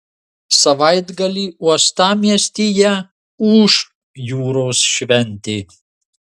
savaitgalį uostamiestyje ūš jūros šventė